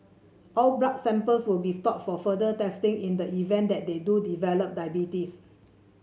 all blood samples will be stored for further testing in the event that they do develop diabetes